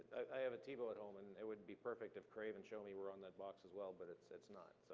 i have a tivo at home, and it would be perfect if crave and shomi were anywhere on that box as well, but it's it's not,